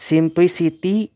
Simplicity